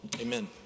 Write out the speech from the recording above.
Amen